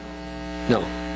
no